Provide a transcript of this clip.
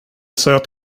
söt